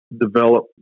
develop